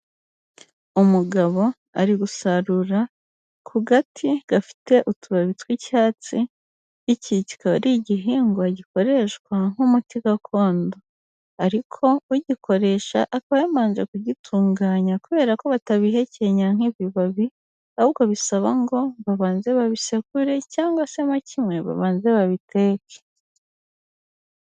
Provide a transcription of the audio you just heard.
Umugabo ari gusarura ku gati gafite utubabi tw'icyatsi, iki kikaba ari igihingwa gikoreshwa nk'umuti gakondo ariko ugikoresha akaba yamanje kugitunganya kubera ko batabihekenya nk'ibibabi, ahubwo bisaba ngo babanze babisekure cyangwa se mo kimwe babanze babiteke.